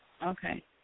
Okay